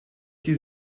die